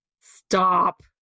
Stop